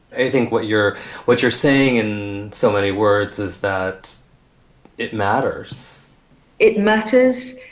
i think what you're what you're saying in so many words is that it matters it matters.